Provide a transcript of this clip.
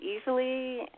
easily